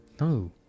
No